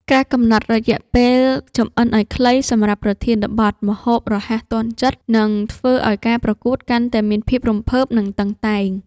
ការកំណត់រយៈពេលចម្អិនឱ្យខ្លីសម្រាប់ប្រធានបទ ម្ហូបរហ័សទាន់ចិត្ត នឹងធ្វើឱ្យការប្រកួតកាន់តែមានភាពរំភើប និងតឹងតែង។